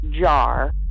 jar